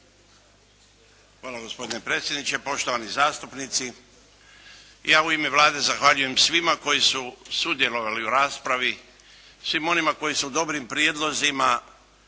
Hvala gospodine predsjedniče, poštovani zastupnici. Ja u ime Vlade zahvaljujem svima koji su sudjelovali u raspravi, svim onima koji su dobrim prijedlozima